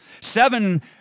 Seven